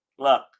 Look